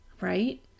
Right